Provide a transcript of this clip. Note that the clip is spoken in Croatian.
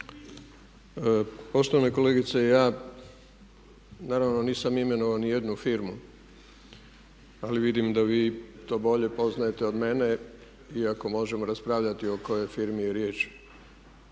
Poštovana kolegice, ja naravno nisam imenovao ni jednu firmu, ali vidim da vi to bolje poznajete od mene iako možemo raspravljati o kojoj firmi je riječ.